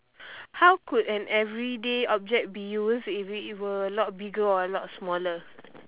how could an everyday object be use if it were a lot bigger or a lot smaller